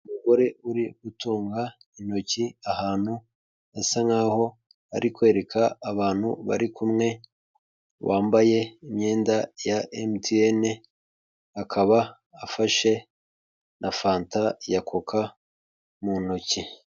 Umugore uri gutunga intoki ahantu, asa nkaho ari kwereka abantu bari kumwe bambaye imyenda MTN, akaba afashe na fanta ya koka mu ntoki.